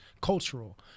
cultural